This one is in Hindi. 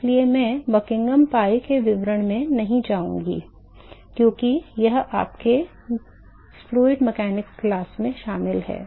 इसलिए मैं बकिंघम पाई के विवरण में नहीं जाऊंगा क्योंकि यह आपके द्रव यांत्रिकी class में शामिल है